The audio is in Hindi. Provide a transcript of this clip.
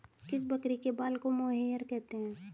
किस बकरी के बाल को मोहेयर कहते हैं?